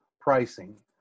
pricing